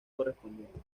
correspondiente